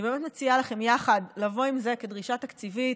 אני מציעה לכם יחד לבוא עם זה כדרישה תקציבית,